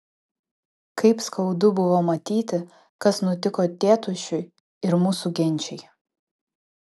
kaip skaudu buvo matyti kas nutiko tėtušiui ir mūsų genčiai